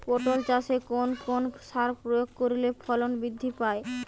পটল চাষে কোন কোন সার প্রয়োগ করলে ফলন বৃদ্ধি পায়?